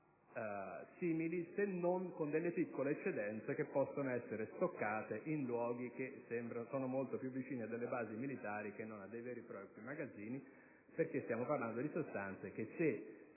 simili, salvo delle piccole eccedenze che possono essere stoccate in luoghi che sono molto più vicini a delle basi militari che non a dei veri e propri magazzini: stiamo parlando infatti di sostanze che, se